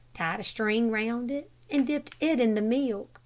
tied a string round it, and dipped it in the milk.